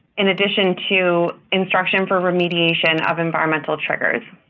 in addition to instruction for remediation of environmental triggers.